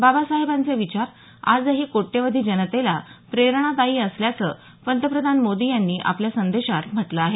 बाबासाहेबांचे विचार आजही कोट्यवधी जनतेला प्रेरणादायी असल्याचं पंतप्रधान मोदी यांनी आपल्या संदेशात म्हटलं आहे